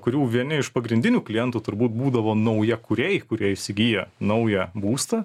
kurių vieni iš pagrindinių klientų turbūt būdavo naujakuriai kurie įsigyja naują būstą